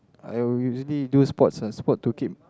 I will usually do sports ah sport to keep